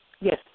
yes